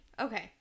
Okay